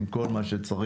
עם כל מה שצריך,